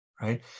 right